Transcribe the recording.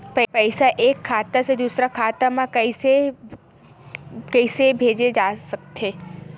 पईसा एक खाता से दुसर खाता मा कइसे कैसे भेज सकथव?